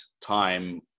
time